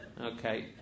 Okay